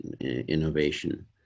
innovation